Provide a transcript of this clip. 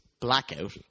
blackout